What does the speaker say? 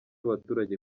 abaturage